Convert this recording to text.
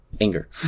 Anger